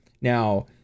Now